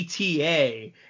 eta